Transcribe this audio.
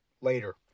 later